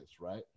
right